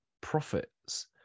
profits